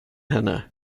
henne